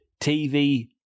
TV